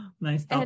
Nice